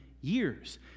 years